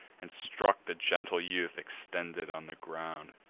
and struck the gentle youth extended on the ground.